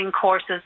courses